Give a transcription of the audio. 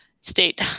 state